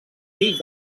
fills